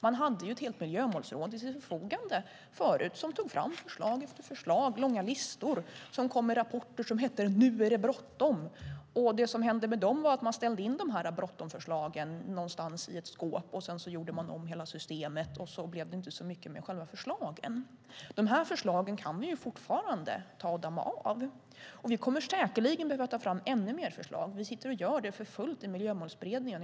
Man hade ett helt miljömålsråd till sitt förfogande som tog fram förslag efter förslag, långa listor, rapporter som hette Miljömålen - nu är det bråttom! Det som hände var att man ställde in bråttomförslagen i ett skåp, gjorde om hela systemet, och så blev det inte så mycket med förslagen. Förslagen kan vi fortfarande damma av. Vi kommer säkerligen att behöva ta fram ännu fler förslag. Vi gör det för fullt i Miljömålsberedningen.